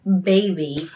baby